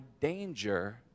danger